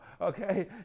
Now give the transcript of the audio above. Okay